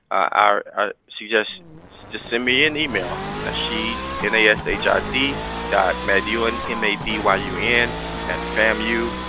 ah ah suggest to send me an email, nashid, n a s h i ah d dot madyun, m a d y u n at famu,